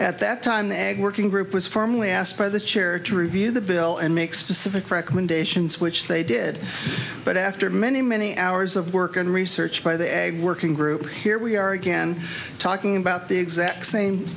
at that time the egg working group was firmly asked by the chair to review the bill and make specific recommendations which they did but after many many hours of work and research by the egg working group here we are again talking about the exact same